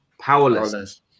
powerless